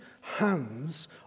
hands